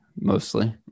mostly